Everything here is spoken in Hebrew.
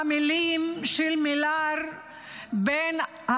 את המילים האלו כאן בשם